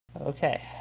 Okay